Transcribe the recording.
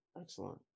Excellent